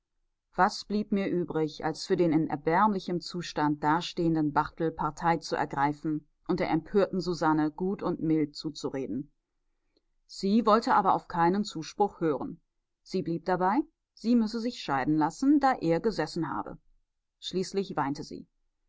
was blieb mir übrig als für den in erbärmlichem zustand dastehenden barthel partei zu ergreifen und der empörten susanne gut und mild zuzureden sie wollte aber auf keinen zuspruch hören sie blieb dabei sie müsse sich scheiden lassen da er gesessen habe schließlich weinte sie